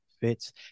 fits